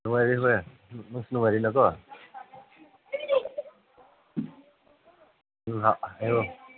ꯅꯨꯡꯉꯥꯏꯔꯤ ꯍꯣꯏ ꯅꯪꯁꯨ ꯅꯨꯡꯉꯥꯏꯔꯤ ꯅꯠꯇ꯭ꯔꯣ ꯍꯥꯏꯔꯣ